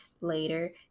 later